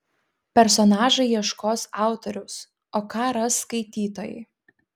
personažai ieškos autoriaus o ką ras skaitytojai